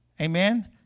Amen